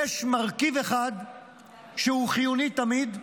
יש מרכיב אחד שהוא חיוני תמיד,